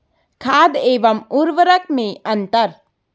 खाद एवं उर्वरक में अंतर?